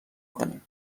کنیم